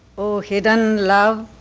oh hidden love,